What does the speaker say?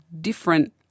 different